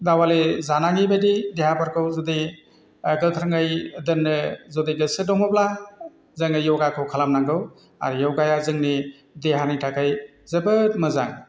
दावालि जानाङि बायदि देहाफोरखौ जुदि गोख्रोङै दोननो जुदि गोसो दङब्ला जोङो योगाखौ खालाम नांगौ आरो योगाया जोंनि देहानि थाखाय जोबोद मोजां